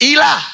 Ila